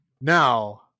now